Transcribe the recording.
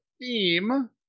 theme